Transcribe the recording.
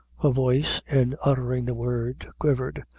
her voice, in uttering the word, quivered,